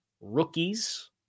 rookies